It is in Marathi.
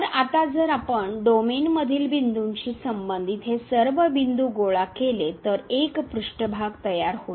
तर आता जर आपण डोमेनमधील बिंदूशी संबंधित हे सर्व बिंदू गोळा केले तर एक पृष्ठभाग तयार होइल